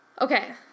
Okay